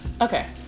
Okay